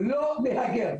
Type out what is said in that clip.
לא נהגר.